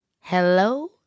Hello